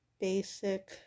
basic